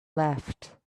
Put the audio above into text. left